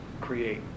create